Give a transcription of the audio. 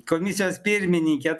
komisijos pirmininkė